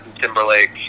Timberlake